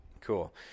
Cool